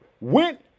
went